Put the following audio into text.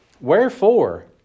wherefore